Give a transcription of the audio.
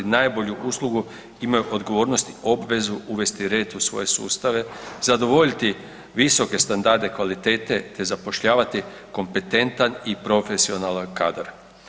najbolju uslugu imaju odgovornost i obvezu uvesti red u svoje sustave, zadovoljiti visoke standarde kvalitete te zapošljavati kompetentan i profesionalan kadar.